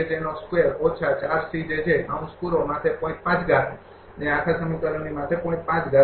તેથી આ સમીકરણ ૮૦ છે